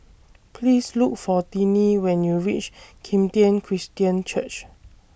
Please Look For Tiney when YOU REACH Kim Tian Christian Church